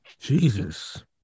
Jesus